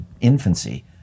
infancy